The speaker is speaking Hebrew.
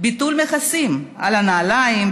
ביטול מכסים על נעליים,